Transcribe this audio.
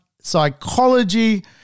psychology